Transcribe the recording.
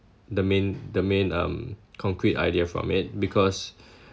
the main the main um concrete idea from it because